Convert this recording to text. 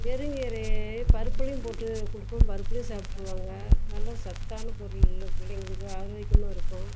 வெறும் கீரையே பருப்புலேயும் போட்டு கொடுப்பேன் பருப்புலேயும் சாப்பிட்ருவாங்க நல்லா சத்தான பொருள் உள்ள பிள்ளைங்களுக்கு ஆரோக்கியமாக இருக்கும்